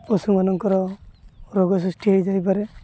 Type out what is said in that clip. ପଶୁମାନଙ୍କର ରୋଗ ସୃଷ୍ଟି ହେଇଯାଇପାରେ